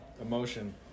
emotion